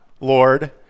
Lord